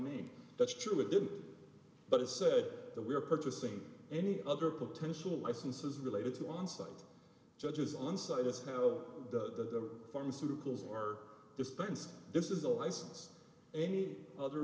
me that's true it didn't but it's said that we are purchasing any other potential licenses related to on site judges on site is how the pharmaceuticals are dispensed this is a license any other